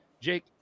jake